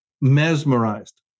mesmerized